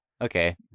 okay